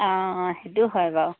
অঁ সেইটোও হয় বাৰু